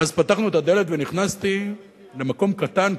ואז פתחנו את הדלת ונכנסתי למקום קטן,